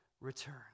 return